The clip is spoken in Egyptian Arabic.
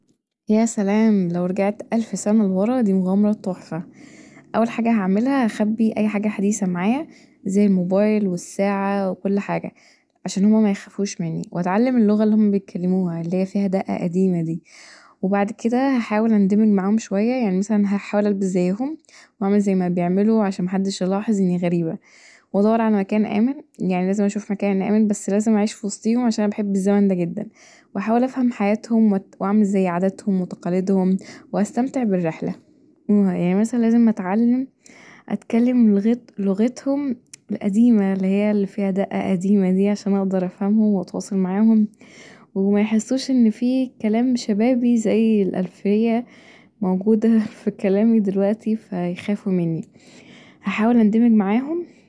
يا سلام لو رجعت ألف سنة لورا دي مغامره تحفه، اول حاجه هعملها هخلي ايحاجه حديثة معايا زي الموبايل والساعه وكل حاجه عشان هما ميخافوش مني واتعلم اللغه اللي هما بيتكلموها اللي هيا فيها دقة قديمة دي وبعد كدا هحاول اندمج معاهم شويه يعني مثلا هحاول البس زيهم وأعمل زي ما بيعملوا عشان محدش يلاحظ اني غريبه وأدور علي مكان آمن يعني لازم اشوف مكان آمن بس لازم اعيش في وسطيهم عشان انا بحب الزمن دا جدا واحاول افهم حياتهم واعمل زي عادتهم وتقاليدهم واستمتع بالرحله يعني مثلا لازم اتعلم اتكلم لغتهم القديمه اللي فيها دقه قديمه دي عشان اقدر افهمهم واتواصل معاهم وميحسوش ان فيه كلام شبابي زي الألفيه موجوده في كلامي دلوقتي فيخافوا مني، هحاول اندمج معاهم